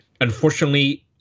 unfortunately